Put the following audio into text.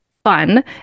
fun